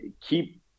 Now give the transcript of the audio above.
keep